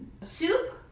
Soup